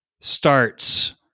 starts